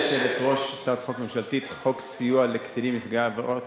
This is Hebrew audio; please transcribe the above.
הצעת חוק סיוע לקטינים נפגעי עבירות